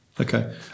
Okay